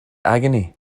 agony